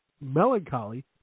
melancholy